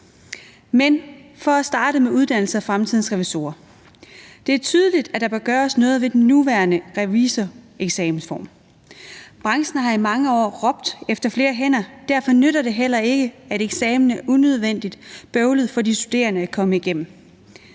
Men for at starte med uddannelse og fremtidens revisorer: Det er tydeligt, at der bør gøres noget ved den nuværende revisoreksamensform. Branchen har i mange år råbt efter flere hænder. Derfor nytter det heller ikke, at eksamen er unødvendigt bøvlet for de studerende at komme igennem.